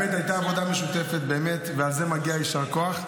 הייתה עבודה משותפת, ועל זה מגיע יישר כוח.